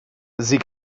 sie